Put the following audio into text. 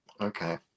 Okay